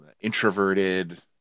introverted